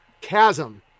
chasm